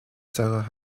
sarah